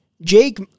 Jake